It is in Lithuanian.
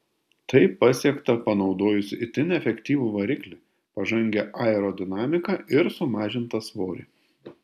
tai pasiekta panaudojus itin efektyvų variklį pažangią aerodinamiką ir sumažintą svorį